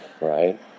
right